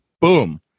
boom